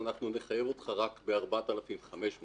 הם יחייבו אותי רק ב-4,500 שקלים.